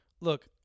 Look